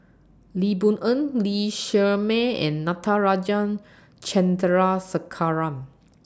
Lee Boon Ngan Lee Shermay and Natarajan Chandrasekaran